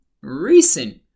recent